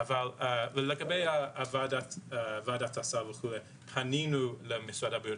לגבי ועדת הסל וכו', פנינו למשרד הבריאות.